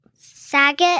Saget